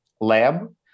lab